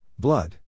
Blood